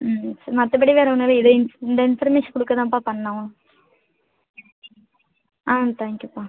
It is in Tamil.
ம் ஸ் மற்றபடி வேறு ஒன்றும் இல்லை இதே இன்ஃப இந்த இன்ஃபர்மேஷன் கொடுக்க தாம்ப்பா பண்ணோம் ஆ தேங்க்யூப்பா